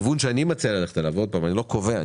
לכן הכיוון שאני מציע ללכת אליו אני לא קובע,